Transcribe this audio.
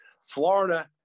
Florida